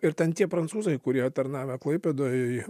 ir ten tie prancūzai kurie tarnavę klaipėdoj